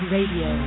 Radio